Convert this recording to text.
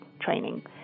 training